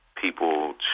people